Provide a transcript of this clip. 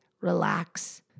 relax